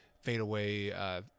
fadeaway